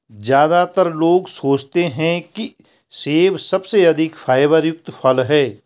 ज्यादातर लोग सोचते हैं कि सेब सबसे अधिक फाइबर युक्त फल है